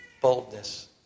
boldness